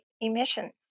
emissions